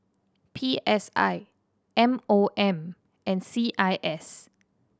P S I M O M and C I S